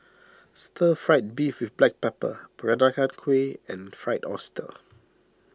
Stir Fried Beef with Black Pepper Peranakan Kueh and Fried Oyster